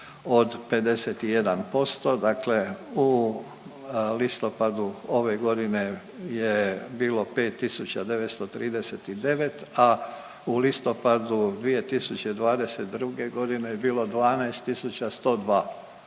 od 51% dakle u listopadu ove godine je bilo 5 939, a u listopadu 2022. g. je bilo 12 102.